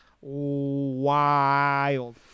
wild